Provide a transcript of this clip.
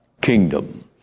kingdom